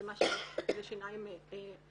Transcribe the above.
ומה שיש זה שיניים רקובות,